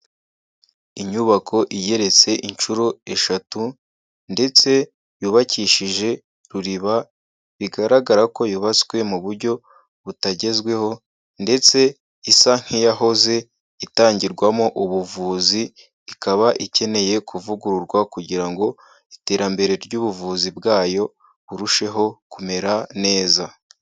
Inyubako igeretse inshuro eshatu ndetse yubakishije ruriba bigaragara ko yubatswe mu buryo butagezweho ndetse isa nk'iyahoze itangirwamo ubuvuzi ikaba ikeneye kuvugururwa kugira ngo iterambere ry'ubuvuzi bwayo burusheho kumera neza.